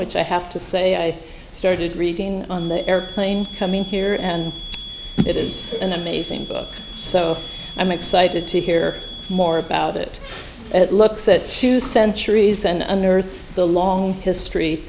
which i have to say i started reading on the airplane coming here and it is an amazing book so i'm excited to hear more about it at looks set to centuries and unearths the long history